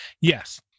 Yes